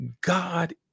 God